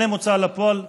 אין להן הוצאה לפועל,